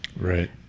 Right